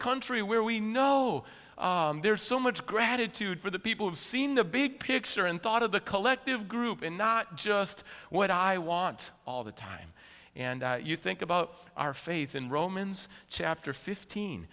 country where we know there is so much gratitude for the people have seen the big picture and thought of the collective group and not just what i want all the time and you think about our faith in romans chapter